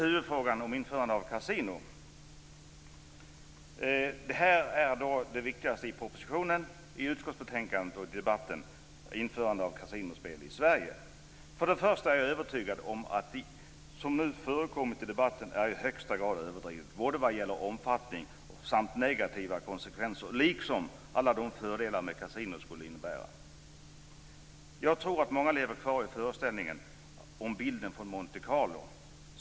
Huvudfrågan i propositionen, utskottsbetänkandet och denna debatt är införandet av kasinospel i Sverige. Först och främst är jag övertygad om att det som förekommit i debatten varit i högsta grad överdrivet vad gäller både omfattning och negativa konsekvenser liksom alla de fördelar som kasinon skulle innebära. Jag tror att många lever kvar i föreställningen om Monte Carlo.